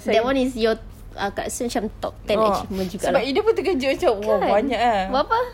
that [one] is your ah kak consider top ten achievement juga lah kan buat apa